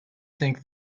think